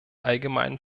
allgemeinen